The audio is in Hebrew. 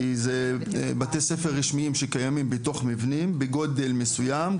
כי זה בתי ספר רשמיים שקיימים בתוך מבנים בגודל מסוים,